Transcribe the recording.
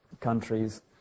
countries